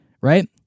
right